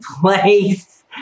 place